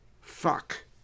Fuck